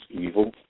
evil